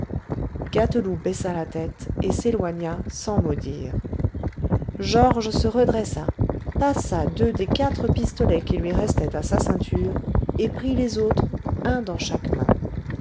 gâteloup baissa la tête et s'éloigna sans mot dire georges se redressa passa deux des quatre pistolets qui lui restaient à sa ceinture et prit les autres un dans chaque main